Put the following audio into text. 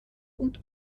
und